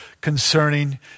concerning